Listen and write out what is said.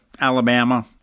Alabama